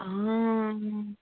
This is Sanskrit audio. आ